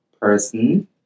person